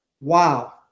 wow